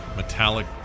metallic